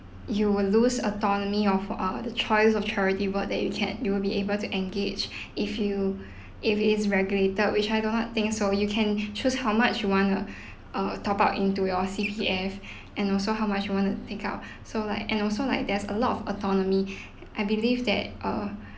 you will lose autonomy of uh the choice of charity work that you can you will be able to engage if you if it's regulated which I do not think so you can choose how much you want to uh top-up into your C_P_F and also how much you want to take out so like and also like there's a lot of autonomy I believe that uh